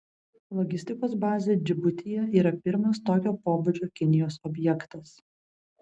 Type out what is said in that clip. logistikos bazė džibutyje yra pirmas tokio pobūdžio kinijos objektas